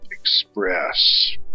express